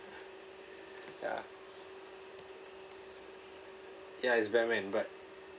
ya ya it's batman but